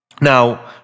Now